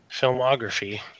Filmography